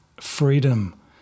freedom